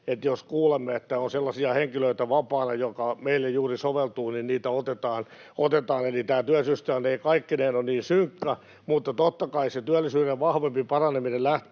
että ”jos kuulemme, että on sellaisia henkilöitä vapaana, jotka juuri meille soveltuvat, niin niitä otetaan”. Eli tämä työllisyystilanne ei kaikkineen ole niin synkkä, mutta totta kai se työllisyyden vahvempi paraneminen lähtee